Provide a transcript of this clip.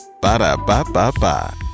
Ba-da-ba-ba-ba